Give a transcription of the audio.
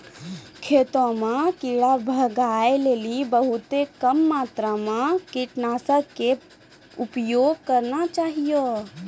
खेतों म कीड़ा भगाय लेली बहुत कम मात्रा मॅ कीटनाशक के उपयोग करना चाहियो